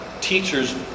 teachers